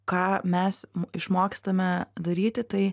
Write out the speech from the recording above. ką mes išmokstame daryti tai